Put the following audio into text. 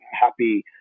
happy